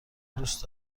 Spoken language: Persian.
دوست